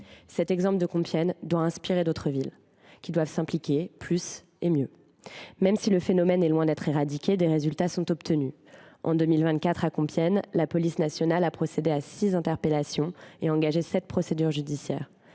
L’exemple de Compiègne doit inspirer d’autres villes, qui doivent s’impliquer plus et mieux dans cette lutte. Même si le phénomène est loin d’être éradiqué, des résultats sont obtenus. En 2024, à Compiègne, la police nationale a procédé à six interpellations et engagé sept procédures judiciaires.